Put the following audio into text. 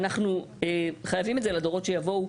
אנחנו חייבים את אותה זהירות לדורות שיבואו.